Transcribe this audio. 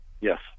Yes